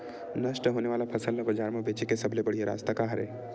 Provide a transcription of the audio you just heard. नष्ट होने वाला फसल ला बाजार मा बेचे के सबले बढ़िया रास्ता का हरे?